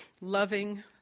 loving